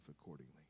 accordingly